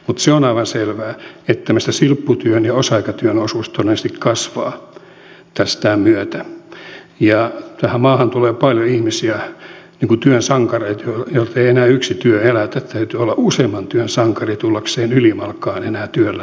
se on aivan selvää että silpputyön ja osa aikatyön osuus todennäköisesti kasvaa tämän myötä ja tähän maahan tulee paljon ihmisiä niin kuin työn sankareita joita ei enää yksi työ elätä vaan täytyy olla useamman työn sankari tullakseen ylimalkaan enää työllään toimeen